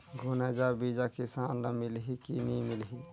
गुनजा बिजा किसान ल मिलही की नी मिलही?